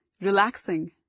relaxing